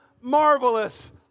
marvelous